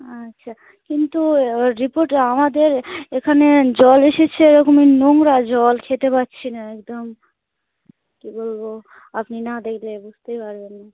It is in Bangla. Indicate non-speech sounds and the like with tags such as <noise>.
আচ্ছা কিন্তু রিপোর্ট আমাদের এখানে জল এসেছে <unintelligible> নোংরা জল খেতে পারছি না একদম কী বলবো আপনি না দেখলে বুঝতে পারবেন না